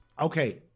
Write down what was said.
Okay